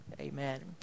Amen